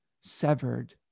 severed